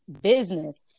business